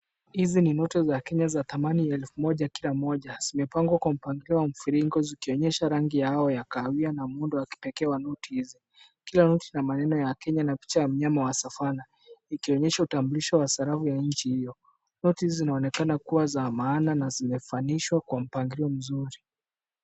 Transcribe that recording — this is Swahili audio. Hizi ni noti za Kenya za thamani ya elfu moja, kila moja. Zimepangwa kwa mpangilio wa mviringo zikionyesha rangi yao ya kahawia na muundo wa kipekee wa noti hizo. Kila noti ina maneno ya Kenya na picha ya mnyama wa Savannah ikionyesha utambulisho wa sarafu ya nchi hiyo. Noti hizo zinaonekana kuwa za maana na zimefanishwa kwa mpangilio mzuri.